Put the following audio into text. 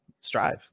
Strive